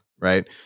right